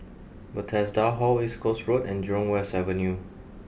Bethesda Hall East Coast Road and Jurong West Avenue